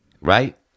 right